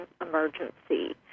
emergency